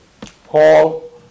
Paul